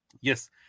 Yes